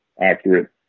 accurate